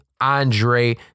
Andre